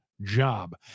job